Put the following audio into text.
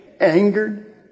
angered